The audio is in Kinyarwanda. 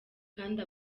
kandi